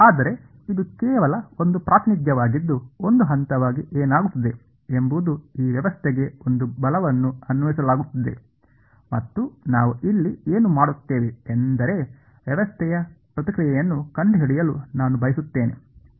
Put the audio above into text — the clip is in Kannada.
ಆದರೆ ಇದು ಕೇವಲ ಒಂದು ಪ್ರಾತಿನಿಧ್ಯವಾಗಿದ್ದು ಒಂದು ಹಂತವಾಗಿ ಏನಾಗುತ್ತಿದೆ ಎಂಬುದು ಈ ವ್ಯವಸ್ಥೆಗೆ ಒಂದು ಬಲವನ್ನು ಅನ್ವಯಿಸಲಾಗುತ್ತಿದೆ ಮತ್ತು ನಾವು ಇಲ್ಲಿ ಏನು ಮಾಡುತ್ತೇವೆ ಎಂದರೆ ವ್ಯವಸ್ಥೆಯ ಪ್ರತಿಕ್ರಿಯೆಯನ್ನು ಕಂಡುಹಿಡಿಯಲು ನಾನು ಬಯಸುತ್ತೇನೆ